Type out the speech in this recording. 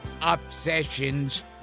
obsessions